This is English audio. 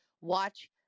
watch